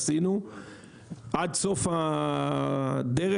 ועד סוף הדרך.